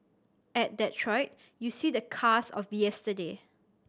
at Detroit you see the cars of yesterday